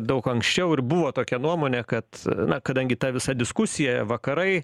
daug anksčiau ir buvo tokia nuomonė kad na kadangi ta visa diskusija vakarai